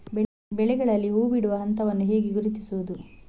ಬೆಳೆಗಳಲ್ಲಿ ಹೂಬಿಡುವ ಹಂತವನ್ನು ಹೇಗೆ ಗುರುತಿಸುವುದು?